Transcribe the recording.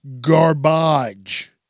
garbage